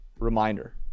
reminder